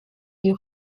die